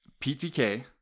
PTK